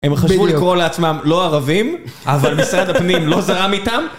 הם חשבו לקרוא לעצמם לא ערבים, אבל משרד הפנים לא זרם איתם.